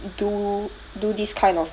do do this kind of